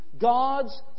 God's